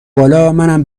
بالامنم